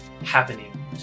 happening